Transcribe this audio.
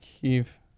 Kiev